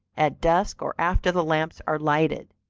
at dusk or after the lamps are lighted.